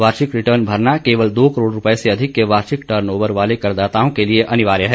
वार्षिक रिटर्न भरना केवल दो करोड़ रुपये से अधिक के वार्षिक टर्न ओवर वाले करदाताओं के लिए अनिवार्य है